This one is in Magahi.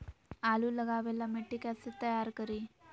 आलु लगावे ला मिट्टी कैसे तैयार करी?